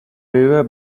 river